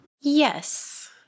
Yes